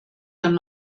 dann